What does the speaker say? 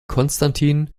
konstantin